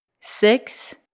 Six